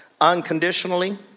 Unconditionally